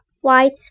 white